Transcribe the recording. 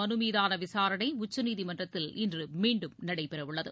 மனு மீதான விசாரணை உச்சநீதிமன்றத்தில் இன்று மீண்டும் நடைபெறவுள்ளது